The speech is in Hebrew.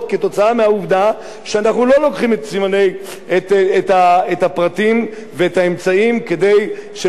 לא לוקחים את הפרטים ואת האמצעים כדי שנוכל לזהות אותם כשזה קורה.